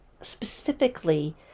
specifically